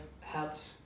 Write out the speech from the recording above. helped